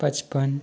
पचपन